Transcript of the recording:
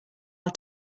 are